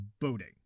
boating